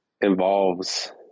involves